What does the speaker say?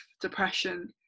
depression